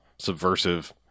subversive